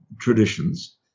traditions